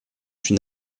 une